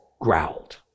growled